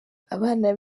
abana